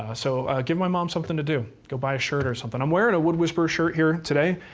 so give my mom something to do. go buy a shirt or something. i'm wearing a wood whisperer shirt here, today.